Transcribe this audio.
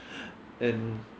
and